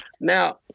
Now